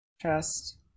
Trust